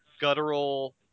Guttural